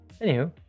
Anywho